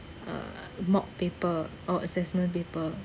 uh mock paper or assessment paper